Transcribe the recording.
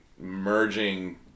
merging